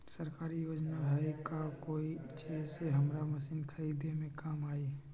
सरकारी योजना हई का कोइ जे से हमरा मशीन खरीदे में काम आई?